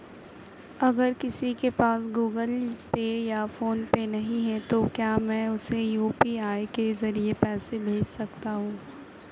अगर किसी के पास गूगल पे या फोनपे नहीं है तो क्या मैं उसे यू.पी.आई के ज़रिए पैसे भेज सकता हूं?